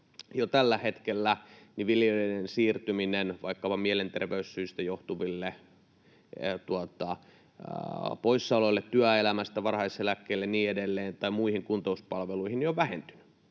jo tällä hetkellä viljelijöiden siirtyminen vaikkapa mielenterveyssyistä johtuville poissaoloille työelämästä, varhaiseläkkeelle tai muihin, kuntoutuspalveluihin ja niin